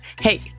Hey